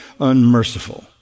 unmerciful